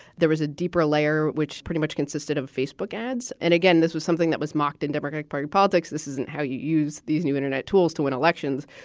there was a deeper layer, which pretty much consisted of facebook ads. and again, this was something that was mocked in democratic party politics. this isn't how you use these new internet tools to win elections.